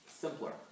simpler